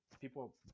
people